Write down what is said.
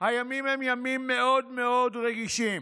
הימים הם ימים מאוד מאוד רגישים.